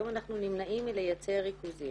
היום אנחנו נמנעים מלייצר ריכוזים.